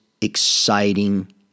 exciting